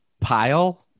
pile